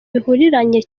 bihuriranye